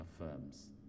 affirms